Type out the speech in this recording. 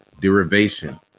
derivation